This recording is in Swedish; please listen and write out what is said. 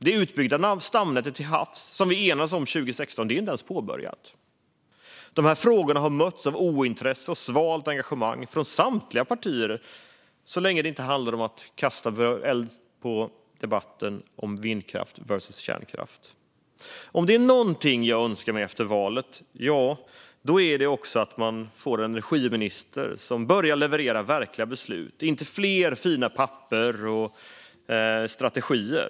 Den utbyggnad av stamnätet till havs som vi enades om 2016 är inte ens påbörjad. De här frågorna har mötts av ointresse och svalt engagemang från samtliga partier, så länge det inte handlat om att kasta bränsle på debatten om vindkraft versus kärnkraft. Om det är någonting jag önskar mig efter valet är det att vi får en energiminister som börjar leverera verkliga beslut och inte fler fina papper och strategier.